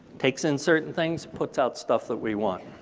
takes in certain things, puts out stuff that we want.